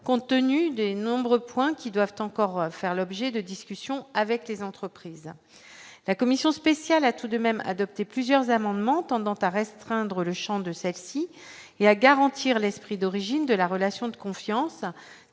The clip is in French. compte tenu des nombreux points qui doivent encore faire l'objet de discussions avec les entreprises, la commission spéciale a tout de même adopté plusieurs amendements pendant à restreindre le Champ de celle-ci et à garantir l'esprit d'origine de la relation de confiance